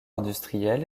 industriel